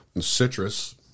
Citrus